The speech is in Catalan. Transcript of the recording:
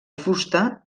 fusta